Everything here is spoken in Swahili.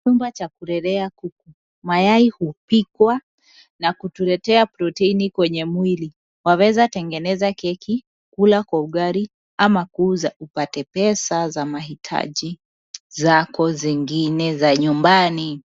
Chumba cha kulelea kuku. Mayai hupikwa na kutuletea proteini kwenye mwili. Waweza tengeneza keki, kula kwa ugali ama kuuza upate pesa za mahitaji zako zingine za nyumbani.